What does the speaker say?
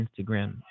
Instagram